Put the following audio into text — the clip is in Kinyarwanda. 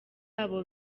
abo